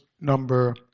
number